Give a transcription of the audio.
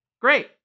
Great